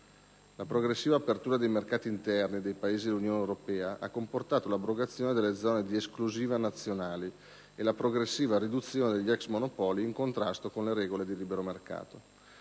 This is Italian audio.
La progressiva apertura dei mercati interni dei Paesi dell'Unione europea ha comportato l'abrogazione delle zone di esclusiva nazionali e la progressiva riduzione degli ex monopoli, in contrasto con le regole di libero mercato.